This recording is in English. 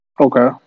Okay